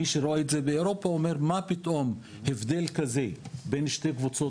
מי שרואה את זה באירופה אומר מה פתאום הבדל כזה בין שתי קבוצות